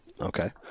Okay